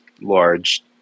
large